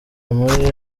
muri